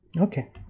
okay